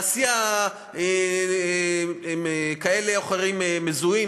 להסיע כאלה או אחרים מזוהים,